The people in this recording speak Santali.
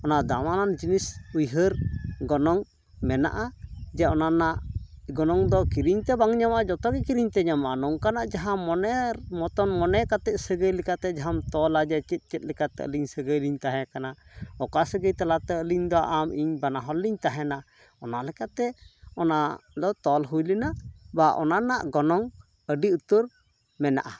ᱚᱱᱟ ᱫᱟᱢᱟᱱᱟᱱ ᱡᱤᱱᱤᱥ ᱩᱭᱦᱟᱹᱨ ᱜᱚᱱᱚᱝ ᱢᱮᱱᱟᱜᱼᱟ ᱡᱮ ᱚᱱᱟᱨᱮᱱᱟᱜ ᱜᱚᱱᱚᱝᱫᱚ ᱠᱤᱨᱤᱧ ᱛᱮ ᱵᱟᱝ ᱧᱟᱢᱚᱜᱼᱟ ᱡᱚᱛᱚᱜᱮ ᱠᱤᱨᱤᱧ ᱛᱮ ᱧᱟᱢᱚᱜᱼᱟ ᱱᱚᱝᱠᱟᱱᱟᱜ ᱡᱟᱦᱟᱸ ᱢᱚᱱᱮᱨ ᱢᱚᱛᱚᱱ ᱢᱚᱱᱮ ᱠᱟᱛᱮᱫ ᱥᱟᱹᱜᱟᱹᱭ ᱞᱮᱠᱟᱛᱮ ᱡᱟᱦᱟᱸᱢ ᱛᱚᱞᱟ ᱡᱮ ᱪᱮᱫ ᱪᱮᱫ ᱞᱮᱠᱟᱛᱮ ᱟᱹᱞᱤᱧ ᱥᱟᱹᱜᱟᱹᱭᱞᱤᱧ ᱛᱟᱦᱮᱸ ᱠᱟᱱᱟ ᱚᱠᱟ ᱥᱟᱹᱜᱟᱹᱭ ᱛᱟᱞᱟᱛᱮ ᱟᱞᱤᱧ ᱫᱚ ᱟᱢ ᱤᱧ ᱵᱟᱱᱟ ᱦᱚᱲ ᱞᱤᱧ ᱛᱟᱦᱮᱱᱟ ᱚᱱᱟᱞᱮᱠᱟᱛᱮ ᱚᱱᱟ ᱫᱚ ᱛᱚᱞ ᱦᱩᱭ ᱞᱮᱱᱟ ᱵᱟ ᱚᱱᱟ ᱨᱮᱱᱟᱜ ᱜᱚᱱᱚᱝ ᱟᱹᱰᱤ ᱩᱛᱟᱹᱨ ᱢᱮᱱᱟᱜᱼᱟ